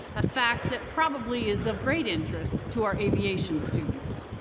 a fact that probably is of great interest to our aviation students.